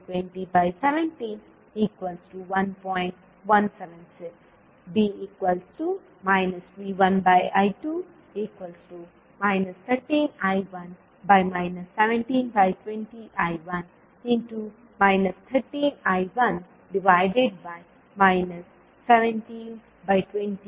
176B V1I2 13I1 1720I1 13ನಾನು1 1720ನಾನು1 15